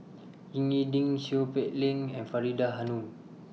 Ying E Ding Seow Peck Leng and Faridah Hanum